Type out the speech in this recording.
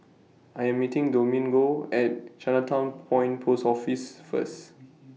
I Am meeting Domingo At Chinatown Point Post Office First